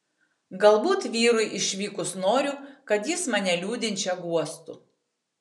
galbūt vyrui išvykus noriu kad jis mane liūdinčią guostų